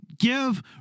Give